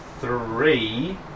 three